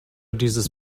dieses